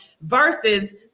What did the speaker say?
versus